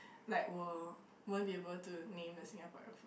like !wow! won't be able to name the Singaporean food